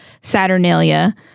Saturnalia